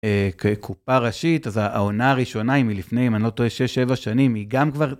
כקופה ראשית, אז העונה הראשונה היא מלפני, אם אני לא טועה, 6-7 שנים, היא גם כבר...